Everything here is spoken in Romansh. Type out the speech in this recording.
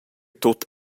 tut